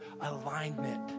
alignment